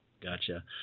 gotcha